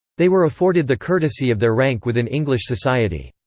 they were afforded the courtesy of their rank within english society.